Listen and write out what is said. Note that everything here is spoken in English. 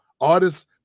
artists